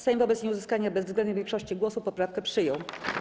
Sejm wobec nieuzyskania bezwzględnej większości głosów poprawkę przyjął.